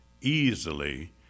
easily